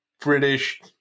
British